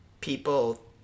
people